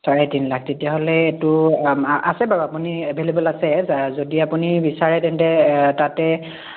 চাৰে তিনি লাখ তেতিয়াহ'লেটো আছে বাৰু আ আপুনি এভেইলএবল আছে যদি আপুনি বিচাৰে তাতে